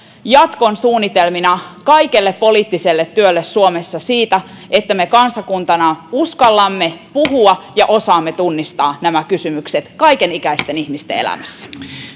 jatkon suunnitelmina kaikelle poliittiselle työlle suomessa siitä että me kansakuntana uskallamme puhua ja osaamme tunnistaa nämä kysymykset kaiken ikäisten ihmisten elämässä